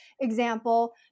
example